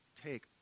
take